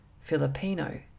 Filipino